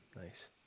Nice